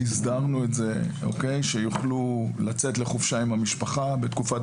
הסדרנו את זה שיוכלו לצאת לחופשה עם המשפחה בתקופת